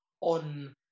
on